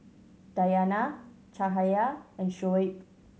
Dayana Cahaya and Shoaib